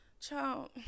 child